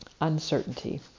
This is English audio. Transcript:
Uncertainty